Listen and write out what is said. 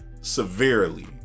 severely